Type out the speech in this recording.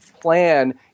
plan